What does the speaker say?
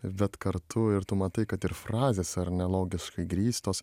bet kartu ir tu matai kad ir frazės ar ne logiškai grįstos